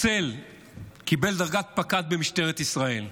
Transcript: הצל קיבל דרגת פקד במשטרת ישראל.